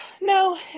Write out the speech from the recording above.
no